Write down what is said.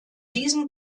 diesen